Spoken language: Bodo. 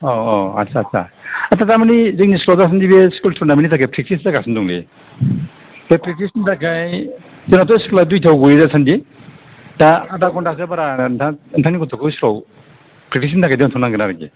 औ औ आच्छा आच्छा आच्छा थारमानि जोंनि स्कूलाव दासान्दि बे थुरनामेन्टनि थाखाय फ्रेकथिस जागासिनो दंलै बे फ्रेकथिसनि थाखाय जोंनाथ' स्कूला दुयथाआव गयो दासान्दि दा आदा घण्टासो बारा नोंथांनि गथ'खौ स्कूलाव फ्रेकथिसनि थाखाय दोनथ'नांगोन आरिखि